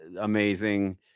amazing